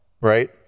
right